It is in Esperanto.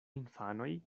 infanoj